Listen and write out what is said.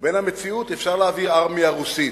ובין המציאות אפשר להעביר ארמיה רוסית,